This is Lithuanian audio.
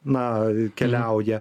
na keliauja